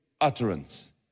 utterance